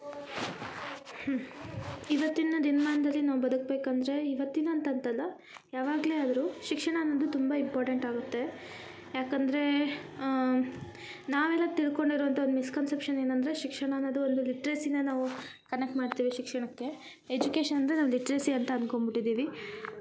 ಇವತ್ತಿನ ದಿನಮಾನದಲ್ಲಿ ನಾವು ಬದಕ್ಬೇಕು ಅಂದರೆ ಇವತ್ತಿನ ಅಂತಂತಲ್ಲ ಯಾವಾಗಲೇ ಆದರೂ ಶಿಕ್ಷಣ ಅನ್ನೋದು ತುಂಬ ಇಂಪಾರ್ಟೆಂಟ್ ಆಗುತ್ತೆ ಯಾಕಂದರೆ ನಾವೆಲ್ಲ ತಿಳ್ಕೊಂಡಿರುವಂಥ ಒಂದು ಮಿಸ್ಕನ್ಸೆಪ್ಷನ್ ಏನಂದರೆ ಶಿಕ್ಷಣ ಅನ್ನೋದು ಒಂದು ಲಿಟ್ರೆಸಿನ ನಾವು ಕನೆಕ್ಟ್ ಮಾಡ್ತೀವಿ ಶಿಕ್ಷಣಕ್ಕೆ ಎಜುಕೇಶನ್ ಅಂದರೆ ನಾವು ಲಿಟ್ರಸಿ ಅಂತ ಅನ್ಕೊಂಬಿಟ್ಟಿದ್ದೀವಿ